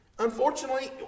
Unfortunately